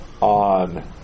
on